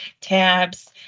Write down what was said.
tabs